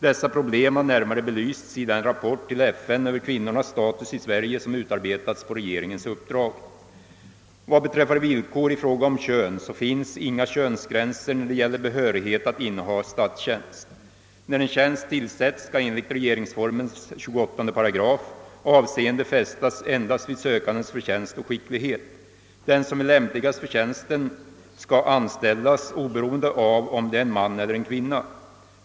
Dessa problem har närmare belysts i den rapport till FN över kvinnornas status i Sverige som utarbetats på regeringens uppdrag. Vad beträffar villkor i fråga om kön så finns inga könsgränser när det gäller behörighet att inneha statstjänst. När en tjänst tillsätts skall enligt regeringsformens 28 § avseende fästas endast vid sökandes förtjänst och skicklighet. Den som är lämpligast för tjänsten skall anställas oberoende av om det är en man eller en kvinna.